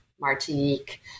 Martinique